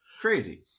crazy